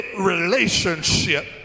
relationship